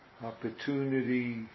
opportunity